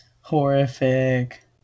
Horrific